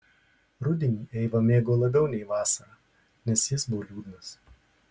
rudenį eiva mėgo labiau nei vasarą nes jis buvo liūdnas